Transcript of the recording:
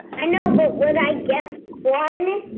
i know but when i get why me?